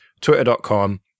twitter.com